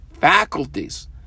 faculties